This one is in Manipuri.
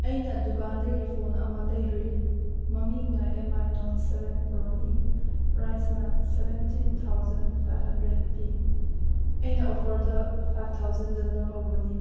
ꯑꯩꯅ ꯗꯨꯀꯥꯟꯗꯒꯤ ꯐꯣꯟ ꯑꯃ ꯂꯩꯔꯨꯏ ꯃꯃꯤꯡꯅ ꯑꯦꯝ ꯑꯥꯏ ꯅꯣꯠ ꯁꯦꯚꯦꯟ ꯄ꯭ꯔꯣꯅꯤ ꯄ꯭ꯔꯥꯏꯁꯅ ꯁꯦꯚꯦꯟꯇꯤꯟ ꯊꯥꯎꯖꯟ ꯐꯥꯏꯚ ꯍꯟꯗ꯭ꯔꯦꯗ ꯄꯤ ꯑꯩꯅ ꯑꯣꯐꯔꯗ ꯐꯥꯏꯚ ꯊꯥꯎꯖꯟꯗ ꯂꯧꯍꯧꯕꯅꯤ